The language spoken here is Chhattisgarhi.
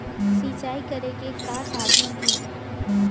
सिंचाई करे के का साधन हे?